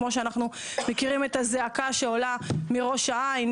כמו שאנחנו מכירים את הזעקה שעולה מראש העין,